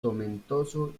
tomentoso